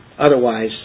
Otherwise